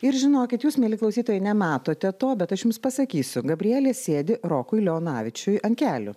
ir žinokit jūs mieli klausytojai nematote to bet aš jums pasakysiu gabrielė sėdi rokui leonavičiui ant kelių